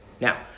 Now